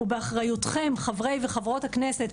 ובאחריותכם חברי וחברות הכנסת,